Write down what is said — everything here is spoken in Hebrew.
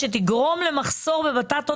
שתגרום למחסור בבטטות,